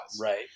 Right